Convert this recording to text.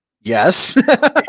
Yes